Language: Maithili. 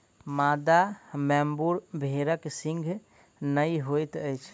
मादा वेम्बूर भेड़क सींघ नै होइत अछि